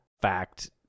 fact